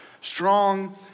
strong